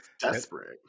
Desperate